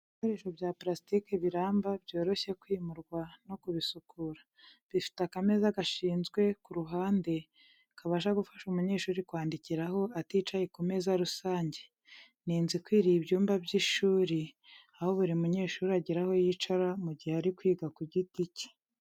Ibikoresho bya purasitiki biramba, byoroshye kwimurwa no kubisukura. Bifite akameza gashinzwe ku ruhande, kabasha gufasha umunyeshuri kwandikiraho aticaye ku meza rusange. Ni inzu ikwiriye ibyumba by’ishuri, aho buri munyeshuri agira aho yicara mu gihe ari kwiga ku giti cye.